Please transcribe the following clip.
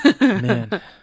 Man